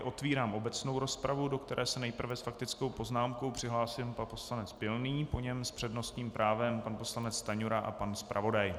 Otevírám nejprve obecnou rozpravu, do které se nejprve s faktickou poznámkou přihlásil pan poslanec Pilný, po něm s přednostním právem pan poslanec Stanjura a pan zpravodaj.